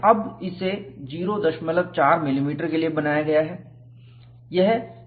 अब इसे 04 मिलीमीटर के लिए बनाया गया है